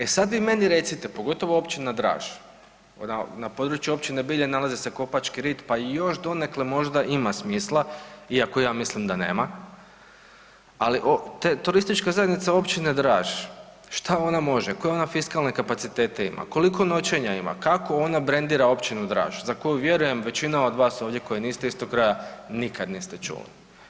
E sad vi meni recite, pogotovo općina Draž, na području općine Bilje nalazi se Kopački rit, pa i još donekle možda ima smisla, iako ja mislim da nema, ali TZ općine Draž, šta ona može, koje ona fiskalne kapacitete ima, koliko noćenja ima, kako ona brendira općinu Draž, za koju vjerujem većina od vas ovdje koji niste iz tog kraja nikad niste čuli?